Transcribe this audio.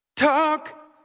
Talk